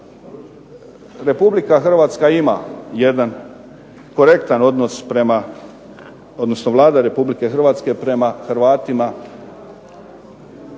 Republika Hrvatska ima jedan korektan odnos prema, odnosno Vlada Republike Hrvatske prema Hrvatima